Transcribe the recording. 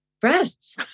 breasts